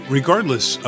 regardless